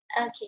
Okay